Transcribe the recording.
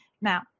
Now